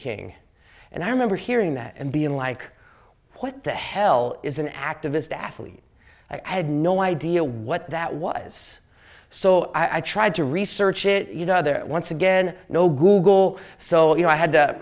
king and i remember hearing that and being like what the hell is an activist athlete i had no idea what that was so i tried to research it there once again no google so you know i had to